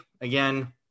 again